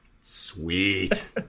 sweet